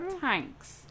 Thanks